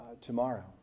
tomorrow